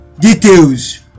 Details